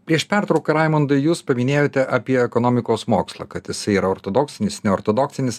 prieš pertrauką raimundai jūs paminėjote apie ekonomikos mokslą kad jisai yra ortodoksinis neortodoksinis